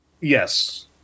Yes